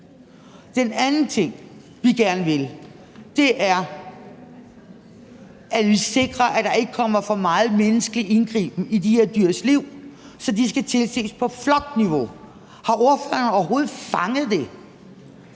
er det allerede nu – og 2) at sikre, at der ikke kommer for meget menneskelig indgriben i de har de dyrs liv, så de skal tilses på flokniveau. Har ordføreren overhovedet fanget det?